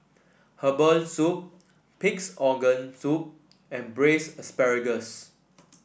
Herbal Soup Pig's Organ Soup and Braised Asparagus